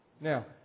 Now